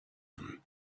them